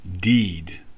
deed